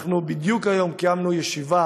בדיוק היום קיימנו ישיבה